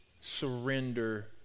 surrender